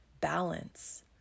balance